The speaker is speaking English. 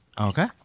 Okay